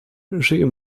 żyją